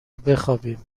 بخابیم